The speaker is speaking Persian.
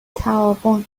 تعاون